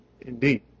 indeed